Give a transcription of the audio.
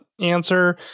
answer